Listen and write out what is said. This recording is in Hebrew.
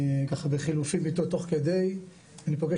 ככה בחילופים איתו תוך כדי אני פוגש